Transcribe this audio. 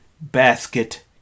Basket